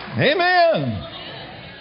Amen